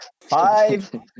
five